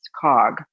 cog